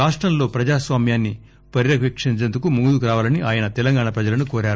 రాష్టంలో ప్రజాస్వామ్యాన్ని పర్యవేక్షించేందుకు ముందుకు రావాలని ఆయన తెలంగాణ ప్రజలను కోరారు